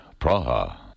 Praha